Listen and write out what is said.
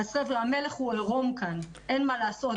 המלך הוא ערום כאן, אין מה לעשות.